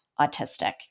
autistic